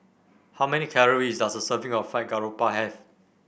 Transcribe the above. how many calories does a serving of Fried Garoupa have